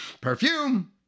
perfume